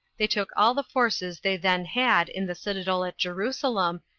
they took all the forces they then had in the citadel at jerusalem,